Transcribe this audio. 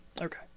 Okay